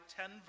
ten